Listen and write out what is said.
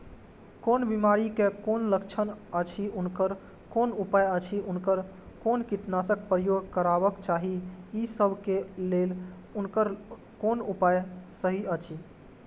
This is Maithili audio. कोन बिमारी के कोन लक्षण अछि उनकर कोन उपाय अछि उनकर कोन कीटनाशक प्रयोग करबाक चाही ई सब के लेल उनकर कोन उपाय सहि अछि?